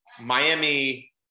Miami